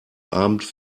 abend